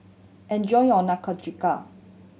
enjoy your Nikujaga